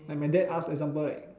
like my dad ask example like